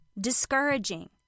discouraging